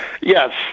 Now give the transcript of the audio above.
Yes